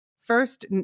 First